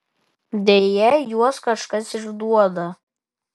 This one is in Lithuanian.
deja juos kažkas išduoda